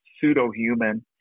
pseudo-human